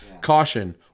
Caution